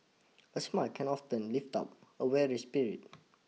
a smile can often lift up a weary spirit